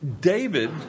David